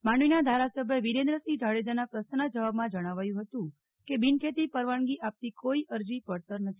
માંડવીના ધારાસભ્ય વિરેન્દ્રસિંહ જાડેજાના પ્રશ્નના જવાબમાં જણાવાયુ હતું કે બિનખેતી પરવાનગી આપતી કોઈ અરજી પડતર નથી